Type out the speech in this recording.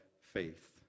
faith